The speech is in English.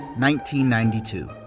ninety ninety two.